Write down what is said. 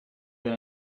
than